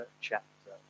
chapter